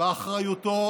באחריותו